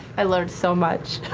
i learned so much.